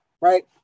right